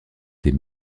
des